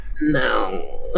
No